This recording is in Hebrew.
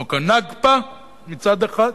לחוק הנכבה מצד אחד,